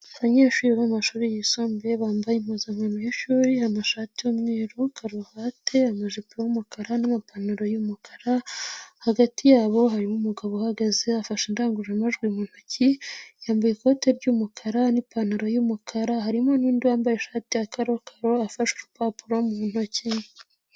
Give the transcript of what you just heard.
Abanyeshuri biga mashuri yisumbuye bambaye impuzankano y'ishuri, amashati y'umweru karuvati, amajipo y'umukara n'amapantaro y'umukara, hagati yabo harimo umugabo uhagaze afashe indangururamajwi mu ntoki, yambaye ikote ry'umukara n'ipantaro y'umukara, harimo n'undi wambaye ishati ya karokaro afashe urupapuro mu ntoki.